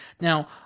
Now